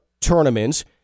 tournaments